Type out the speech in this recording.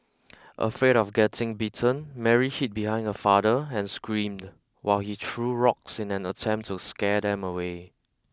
afraid of getting bitten Mary hid behind her father and screamed while he threw rocks in an attempt to scare them away